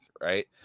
Right